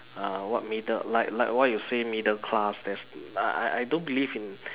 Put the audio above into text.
uh what middle like like what you say middle class there's I I I don't believe in